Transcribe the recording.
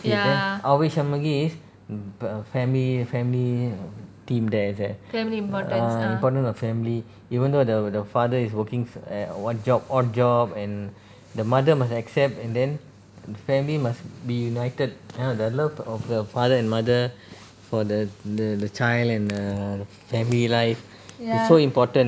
Avvai Shanmugi shanmugi is mm f~ family family theme there there ah importance of family even though the the father is working eh what job odd job and the mother must accept and then family must be united kind of the love of the father and mother for the the the child and err family life is so important you know ah so that's the the thing so now